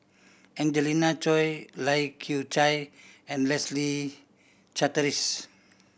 Angelina Choy Lai Kew Chai and Leslie Charteris